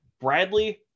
Bradley